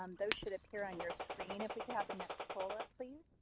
um those should appear on your screen. if we could have the next poll up, please.